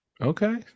okay